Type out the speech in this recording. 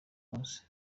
munsi